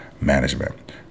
management